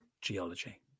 geology